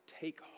take